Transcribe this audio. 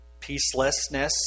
peacelessness